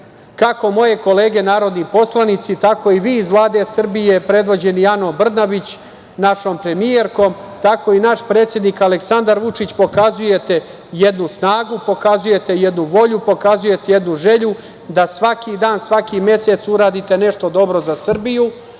moje kolege narodni poslanici, tako i vi iz Vlade Srbije, predvođeni Anom Brnabić, našoj premijerkom, tako i naš predsednik Aleksandar Vučić pokazujete jednu snagu, jednu volju, pokazujete jednu želju, da svaki dan, svaki mesec uradite nešto dobro za Srbiju